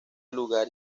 lugar